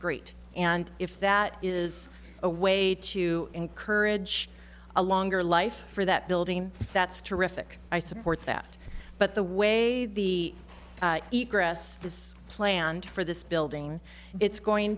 great and if that is a way to encourage a longer life for that building that's terrific i support that but the way the grass is planned for this building it's going